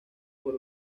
por